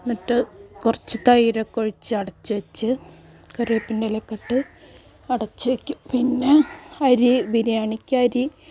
എന്നിട്ട് കുറച്ച് തൈര് ഒക്കെ ഒഴിച്ച് അടച്ചുവെച്ച് കറിവേപ്പിൻറെ ഇല ഒക്കെ ഇട്ട് അടച്ച് വയ്ക്കും പിന്നെ അരി ബിരിയാണിക്ക് അരി